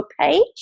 page